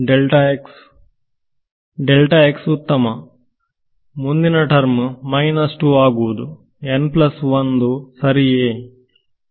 ವಿದ್ಯಾರ್ಥಿ delta x ಉತ್ತಮ ಮುಂದಿನ ಟರ್ಮ್ ಮೈನಸ್ 2 ಆಗುವುದು ಸರಿಯೇ